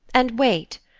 and wait.